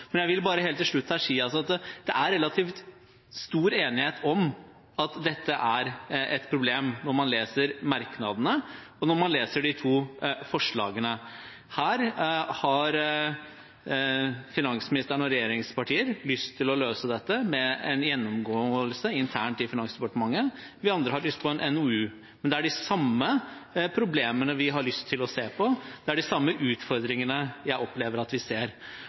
Jeg vil helt til slutt bare si at det er relativt stor enighet om at dette er et problem, når man leser merknadene og de to forslagene. Finansministeren og regjeringspartiene har lyst til å løse dette ved en gjennomgang internt i Finansdepartementet. Vi andre har lyst på en NOU. Men det er de samme problemene vi har lyst til å se på. Det er de samme utfordringene jeg opplever at vi ser.